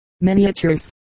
miniatures